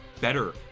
better